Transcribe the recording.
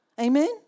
Amen